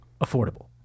Affordable